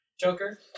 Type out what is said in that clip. Joker